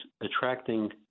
attracting